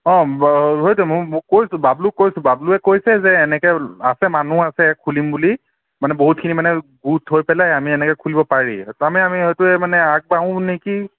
অঁ সেইটোৱে মই কৈছোঁ বাবলুক কৈছোঁ বাবলুৱে কৈছে যে এনেকৈ আছে মানুহ আছে খুলিম বুলি মানে বহুতখিনিমানে গোট হৈ পেলাই আমি এনেকৈ খুলিব পাৰি আমি আমি সেইটোৱে মানে আগবাঢ়োঁ নেকি